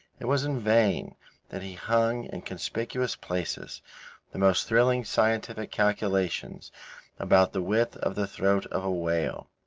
it was in vain that he hung in conspicuous places the most thrilling scientific calculations about the width of the throat of a whale.